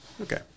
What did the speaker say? Okay